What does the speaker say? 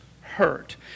hurt